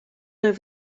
over